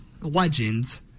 legends